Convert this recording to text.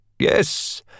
Yes